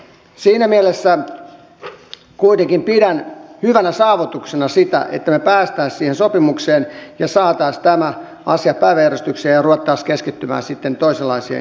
siinä mielessä kuitenkin pidän hyvänä saavutuksena sitä että me pääsisimme siihen sopimukseen ja saisimme tämän asian päiväjärjestykseen ja rupeaisimme keskittymään sitten toisenlaisiin toimenpiteisiin